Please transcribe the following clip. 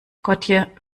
gotje